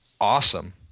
awesome